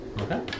Okay